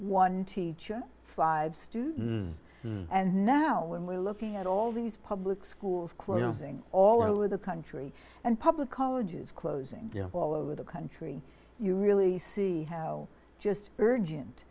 one teacher five student and now when we're looking at all these public schools closing all over the country and public colleges closing all over the country you really see how just urgent